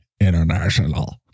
international